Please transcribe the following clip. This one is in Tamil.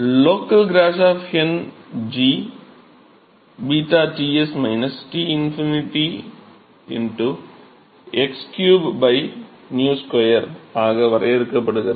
லோக்கல் கிராஷாஃப் எண் g 𝞫 Ts T∞ x3 𝝂 2 ஆக வரையறுக்கப்பட்டுள்ளது